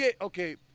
Okay